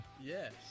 Yes